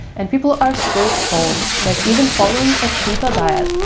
and people are still told that even following a keto diet,